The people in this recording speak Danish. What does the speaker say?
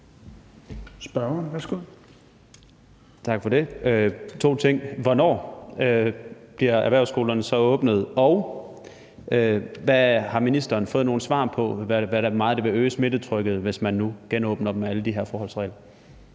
spørge om to ting: Hvornår bliver erhvervsskolerne så åbnet, og har ministeren fået noget svar på, hvor meget det vil øge smittetrykket, hvis man nu genåbner dem med alle de her forholdsregler?